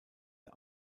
der